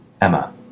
Emma